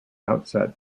outset